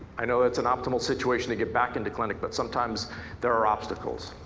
i know it's an optimal situation to get back into clinic but sometimes there are obstacles.